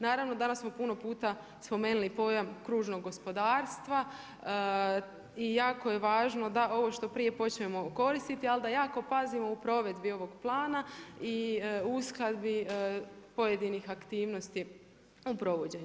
Naravno danas smo puno puta spomenuli pojam kružnog gospodarstva i jako je važno da ovo što prije počnemo koristiti, ali da jako pazimo u provedbi ovog plana i uskladbi pojedinih aktivnosti u provođenju.